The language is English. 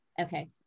Okay